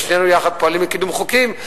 ושנינו יחד פועלים לקידום חוקים,